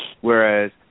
Whereas